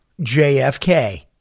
JFK